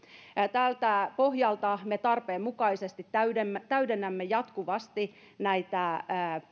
tältä pohjalta me tarpeen mukaisesti täydennämme täydennämme jatkuvasti